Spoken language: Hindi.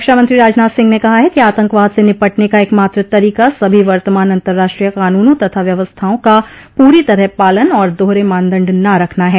रक्षामंत्रो राजनाथ सिंह ने कहा है कि आतंकवाद से निपटने का एकमात्र तरीका सभी वर्तमान अंतर्राष्ट्रीय कानूनों तथा व्यवस्थाओं का पूरी तरह पालन और दोहरे मानदंड न रखना है